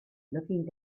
looking